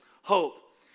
hope